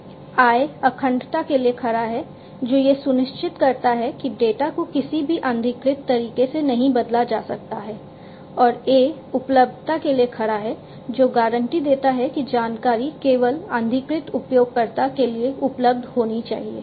I अखंडता के लिए खड़ा है जो यह सुनिश्चित करता है कि डेटा को किसी भी अनधिकृत तरीके से नहीं बदला जा सकता है और A उपलब्धता के लिए खड़ा है जो गारंटी देता है कि जानकारी केवल अधिकृत उपयोगकर्ता के लिए उपलब्ध होनी चाहिए